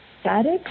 static